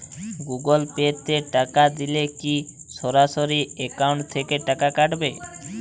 Google Pay তে টাকা দিলে কি সরাসরি অ্যাকাউন্ট থেকে টাকা কাটাবে?